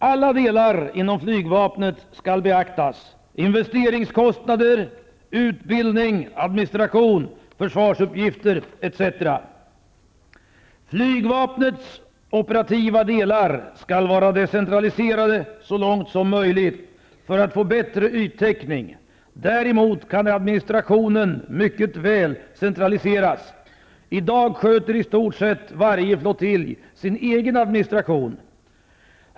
Alla delar inom flygvapnet skall beaktas, investeringskostnader, utbildning, administration, försvarsuppgifter, etc. Flygvapnets operativa delar skall vara decentraliserade så långt som möjligt för att få bästa yttäckning. Däremot kan administrationen mycket väl centraliseras. I dag sköter i stort sett varje flottilj sin egen adminstration.